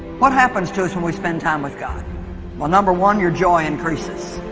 what happens to us when we spend time with god well number one your joy increases